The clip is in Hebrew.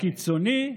לקיצוני,